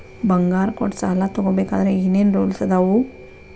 ಬಂಗಾರ ಕೊಟ್ಟ ಸಾಲ ತಗೋಬೇಕಾದ್ರೆ ಏನ್ ಏನ್ ರೂಲ್ಸ್ ಅದಾವು?